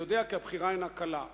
אני יודע כי הבחירה אינה קלה,